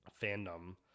fandom